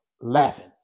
laughing